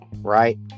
right